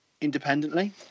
independently